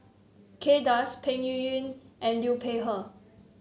Kay Das Peng Yuyun and Liu Peihe